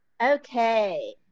Okay